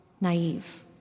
naive